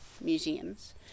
museums